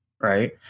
right